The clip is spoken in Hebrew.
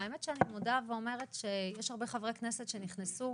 האמת שאני מודה ואומרת שיש הרבה חברי כנסת שנכנסו,